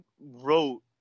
wrote